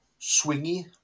swingy